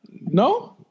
no